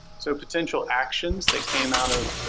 so potential actions that came out of